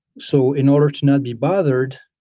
so in order to not be bothered,